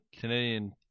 Canadian